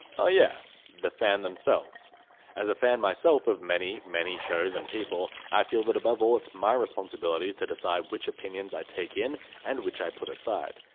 oh yeah, the fan. as a fan myself of many, many shows and people, i feel that above all it's my responsibility to decide which opinions i take in and which i put aside.